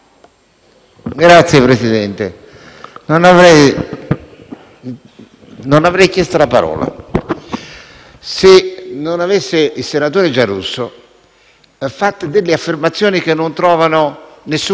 Non voglio però parlare di questo, ma del fatto che il senatore Giarrusso ha potuto esprimere liberamente la propria opinione, come lo posso fare io, grazie all'esistenza di Giulio Andreotti